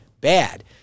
bad